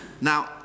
Now